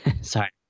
sorry